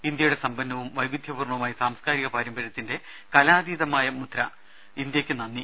ഇന്ത്യയുടെ സമ്പന്നവും വൈവിധ്യപൂർണവുമായ സാംസ്കാരിക പാരമ്പര്യത്തിന്റെ കാലാതീതമായ മുദ്ര ഇന്ത്യക്ക് നന്ദി